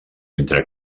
entre